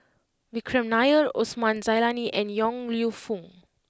Vikram Nair Osman Zailani and Yong Lew Foong